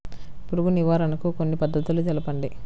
పురుగు నివారణకు కొన్ని పద్ధతులు తెలుపండి?